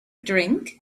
drink